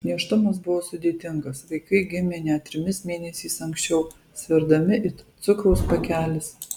nėštumas buvo sudėtingas vaikai gimė net trimis mėnesiais anksčiau sverdami it cukraus pakelis